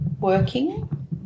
working